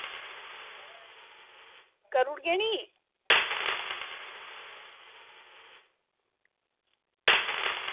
करुड़गे नी